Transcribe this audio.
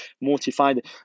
mortified